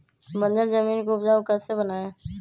बंजर जमीन को उपजाऊ कैसे बनाय?